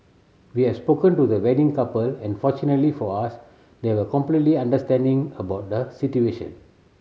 we have spoken to the wedding couple and fortunately for us they were completely understanding about the situation